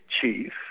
chief